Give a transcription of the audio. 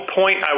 point